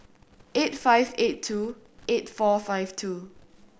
eight five eight two eight four five two